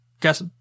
Guess